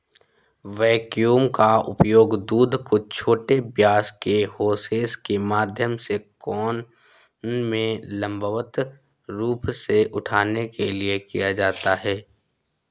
vacuum का उपयोग दूध को छोटे व्यास के होसेस के माध्यम से कैन में लंबवत रूप से उठाने के लिए किया जाता है